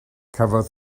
cafodd